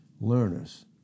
learners